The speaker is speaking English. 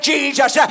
Jesus